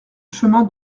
chemin